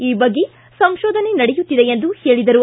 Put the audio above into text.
ಈ ಬಗ್ಗೆ ಸಂಶೋಧನೆ ನಡೆಯುತ್ತಿದೆ ಎಂದರು